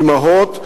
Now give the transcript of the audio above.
אמהות,